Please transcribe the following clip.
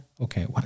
Okay